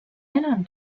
enam